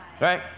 right